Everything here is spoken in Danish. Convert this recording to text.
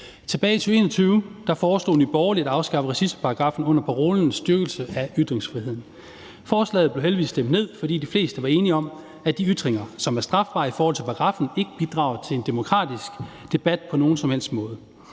Tilbage i 2021 foreslog Nye Borgerlige at afskaffe racismeparagraffen under parolen »en styrkelse af ytringsfriheden«. Forslaget blev heldigvis stemt ned, fordi de fleste var enige om, at de ytringer, som er strafbare i forhold til paragraffen, ikke bidrager til en demokratisk debat på nogen som helst måde.